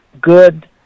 good